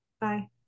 Bye